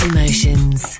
Emotions